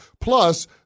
Plus